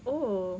oh